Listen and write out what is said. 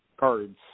Cards